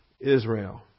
Israel